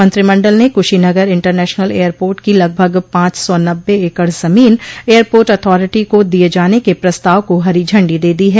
मंत्रिमंडल ने Kushinagar international airport की लगभग पांच सौ नब्बे एकड़ जमीन एयरपोर्ट अथारिटी को दिये जाने के प्रस्ताव को हरी झंडी दे दी है